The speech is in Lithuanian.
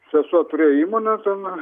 sesuo turėjo įmonę ten